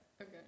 Okay